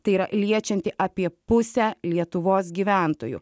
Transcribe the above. tai yra liečianti apie pusę lietuvos gyventojų